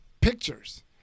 pictures